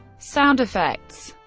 sound effects